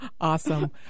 Awesome